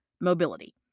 mobility